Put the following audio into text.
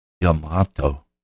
Yamato